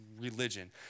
religion